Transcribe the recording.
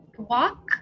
Walk